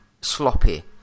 sloppy